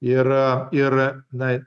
ir ir na